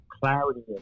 clarity